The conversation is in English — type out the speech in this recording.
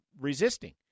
resisting